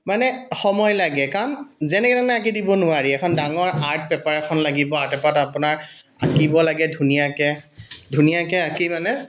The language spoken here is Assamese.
মানে সময় লাগে কাৰণ যেনেকৈ তেনেকৈ আঁকি দিব নোৱাৰি এখন ডাঙৰ আৰ্ট পেপাৰ লাগিব আৰ্ট পেপাৰত আপোনাৰ আঁকিব লাগে ধুনীয়াকৈ ধুনীয়াকৈ আঁকি মানে